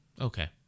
Okay